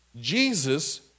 Jesus